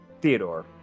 Theodore